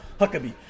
Huckabee